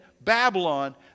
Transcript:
Babylon